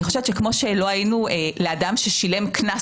אני חושבת שהדבר דומה כמו שלא היינו לאדם ששילם קנס